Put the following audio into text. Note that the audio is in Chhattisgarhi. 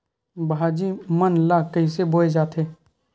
भाजी मन ला कइसे बोए जाथे?